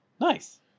Nice